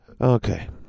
Okay